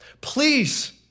Please